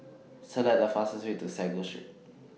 Select The fastest Way to Sago Street